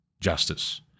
justice